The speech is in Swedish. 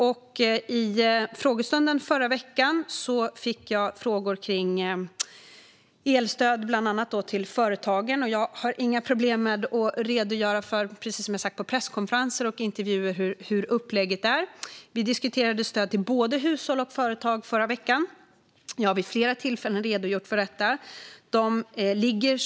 Vid frågestunden i förra veckan fick jag frågor kring elstöd bland annat till företagen, och precis som jag har sagt på presskonferenser och i intervjuer har jag inga problem med att redogöra för hur upplägget ser ut. Vi diskuterade stöd till både hushåll och företag i förra veckan, och jag har vid flera tillfällen redogjort för detta.